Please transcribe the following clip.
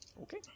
Okay